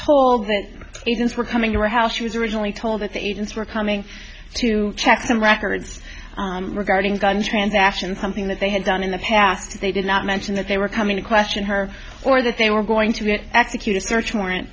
agents were coming to her house she was originally told that the agents were coming to check some records regarding gun transactions something that they had done in the past they did not mention that they were coming to question her or that they were going to execute a search warrant